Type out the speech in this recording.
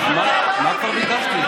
מה כבר ביקשתי,